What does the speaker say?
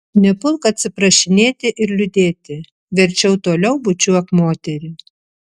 nepulk atsiprašinėti ir liūdėti verčiau toliau bučiuok moterį